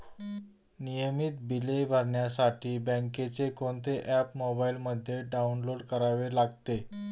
नियमित बिले भरण्यासाठी बँकेचे कोणते ऍप मोबाइलमध्ये डाऊनलोड करावे लागेल?